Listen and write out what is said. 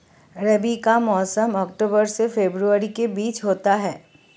रबी का मौसम अक्टूबर से फरवरी के बीच होता है